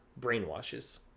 brainwashes